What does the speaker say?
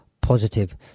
positive